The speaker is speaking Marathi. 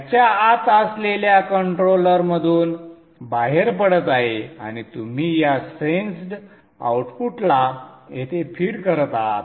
याच्या आत असलेल्या कंट्रोलरमधून बाहेर पडत आहे आणि तुम्ही या सेन्स्ड आउटपुटला येथे फीड करत आहात